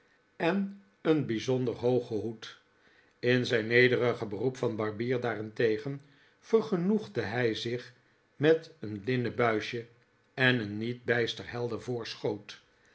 en een bij zonder hoogen hoed in zijn nederige beroep van barbier daarentegen vergenoegde hij zich met een linnen buisje en een niet bijster helder voorschoot